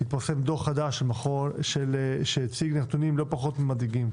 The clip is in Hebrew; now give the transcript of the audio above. התפרסם דוח חדש שהציג נתונים לא פחות ממדאיגים